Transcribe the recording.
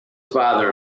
father